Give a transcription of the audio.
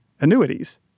annuities